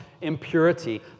impurity